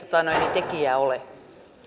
tekijää ole